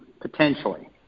potentially